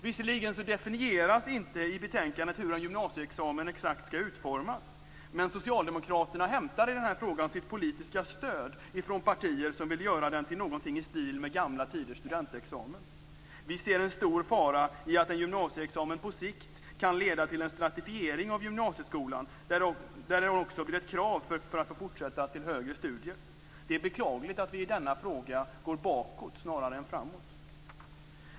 Visserligen definieras inte i betänkandet exakt hur en gymnasieexamen skall utformas, men Socialdemokraterna hämtar i den här frågan sitt politiska stöd från partier som vill göra den till någonting i stil med gamla tiders studentexamen. Vi ser en stor fara i att en gymnasieexamen på sikt kan leda till en stratifiering av gymnasieskolan där den också blir ett krav för att få fortsätta till högre studier. Det är beklagligt att vi i denna fråga går bakåt snarare än framåt.